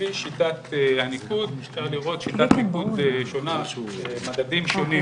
לפי שיטת הניקוד, יש מדדים שונים